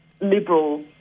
Liberal